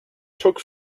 took